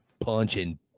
punching